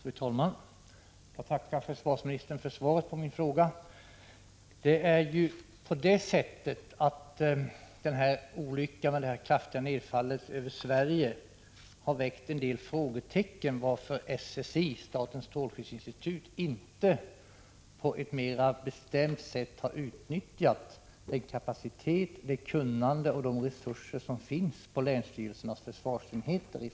Fru talman! Jag tackar försvarsministern för svaret på min fråga. Olyckan i Tjernobyl och det kraftiga nedfallet över Sverige har väckt en del frågor om varför statens strålskyddsinstitut inte i första hand på ett mera bestämt sätt har utnyttjat den kapacitet, det kunnande och de resurser som finns på länsstyrelsernas försvarsenheter.